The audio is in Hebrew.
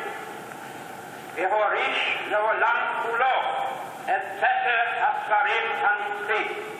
והוריש לעולם כולו את ספר הספרים הנצחי".